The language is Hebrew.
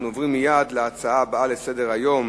אנחנו עוברים להצעות הבאות לסדר-היום,